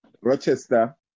Rochester